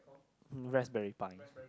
raspberry pie